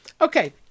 Okay